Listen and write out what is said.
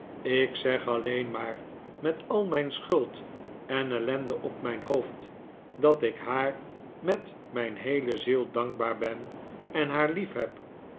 ik zeg alleen maar met al mijn schuld en ellende op mijn hoofd dat ik haar met mijn heele ziel dankbaar ben en haar liefheb